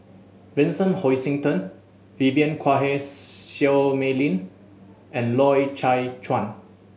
Vincent Hoisington Vivien Quahe Seah Mei Lin and Loy Chye Chuan